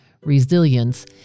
resilience